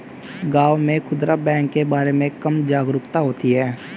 गांव में खूदरा बैंक के बारे में कम जागरूकता होती है